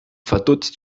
verdutzt